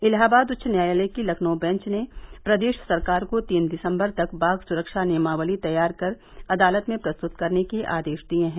इलाहाबाद उच्च न्यायालय की लखनऊ बेंच ने प्रदेश सरकार को तीन दिसंबर तक बाघ सुरक्षा नियमावली तैयार कर अदालत में प्रस्तुत करने के आदेश दिए हैं